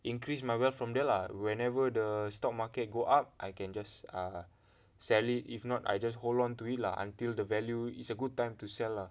increase my wealth from there lah whenever the stock market go up I can just err sell it if not I just hold on to it lah until the value is a good time to sell lah